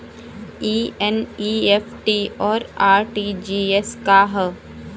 ई एन.ई.एफ.टी और आर.टी.जी.एस का ह?